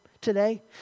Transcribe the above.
Today